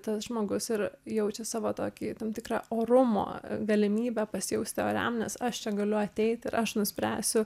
tas žmogus ir jaučia savo tokį tam tikrą orumo galimybę pasijausti oriam nes aš čia galiu ateit ir aš nuspręsiu